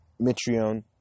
Mitrione